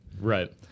Right